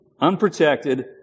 unprotected